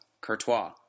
Courtois